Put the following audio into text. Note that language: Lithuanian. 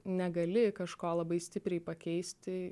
negali kažko labai stipriai pakeisti